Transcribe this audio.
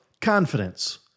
confidence